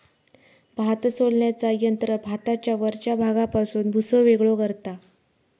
भात सोलण्याचा यंत्र भाताच्या वरच्या भागापासून भुसो वेगळो करता